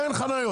אין חניות.